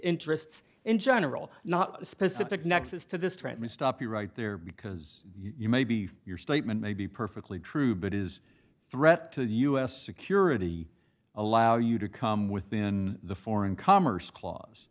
interests in general not a specific nexus to this transmit stop you right there because you may be your statement may be perfectly true but is threat to u s security allow you to come within the foreign commerce clause